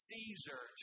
Caesar